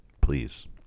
please